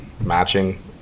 matching